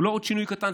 הוא לא עוד שינוי קטן,